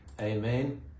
amen